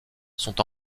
sont